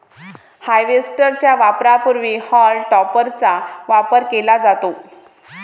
harvester च्या वापरापूर्वी हॉल टॉपरचा वापर केला जातो